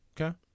Okay